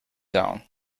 down